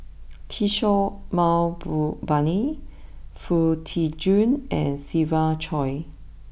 Kishore Mahbubani Foo Tee Jun and Siva Choy